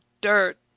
dirt